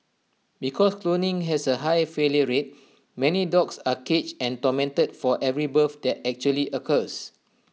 because cloning has A high failure rate many dogs are caged and tormented for every birth that actually occurs